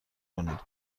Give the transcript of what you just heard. کنید